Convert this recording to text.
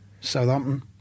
Southampton